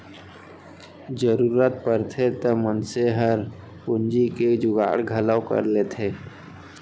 जरूरत परथे त मनसे हर पूंजी के जुगाड़ घलौ कर लेथे